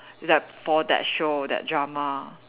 it's like for that show that drama